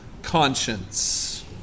conscience